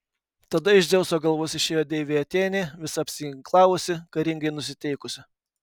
tada iš dzeuso galvos išėjo deivė atėnė visa apsiginklavusi karingai nusiteikusi